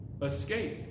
Escape